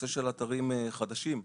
אתרים חדשים,